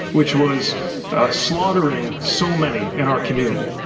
which was slaughtering so many in our community,